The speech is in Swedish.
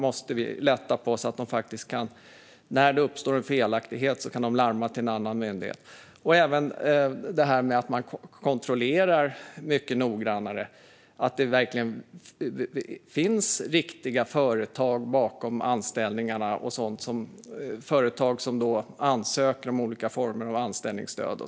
När en felaktighet uppstår måste de kunna larma till en annan myndighet. Man måste också kunna kontrollera mycket mer noggrant att det verkligen finns riktiga företag bakom anställningarna när företag ansöker om olika former av anställningsstöd.